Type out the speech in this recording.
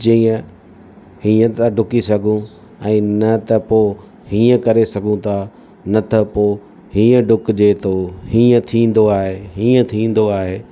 जीअं हीअं था ॾुकी सघूं ऐं न त पोइ हीअं करे सघूं था न त पोइ हीअं ॾुकिजे थो हीअं थींदो आहे हीअं थींदो आहे